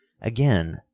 again